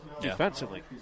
defensively